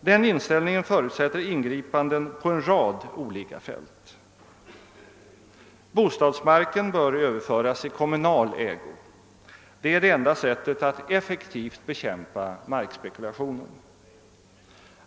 Detta förutsätter ingripanden på en rad olika fält: 1. Bostadsmarken bör överföras i kommunal ägo. Det är det enda sättet att effektivt bekämpa markspekulationen. 2.